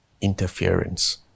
interference